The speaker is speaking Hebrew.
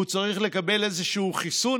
הוא צריך לקבל איזשהו חיסון,